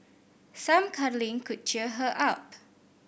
some cuddling could cheer her up